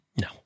No